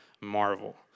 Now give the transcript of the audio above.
marvel